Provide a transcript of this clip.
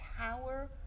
power